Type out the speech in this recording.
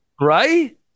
right